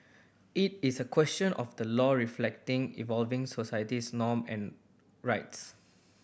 it is a question of the law reflecting evolving societies norm and rights